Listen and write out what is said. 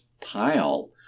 pile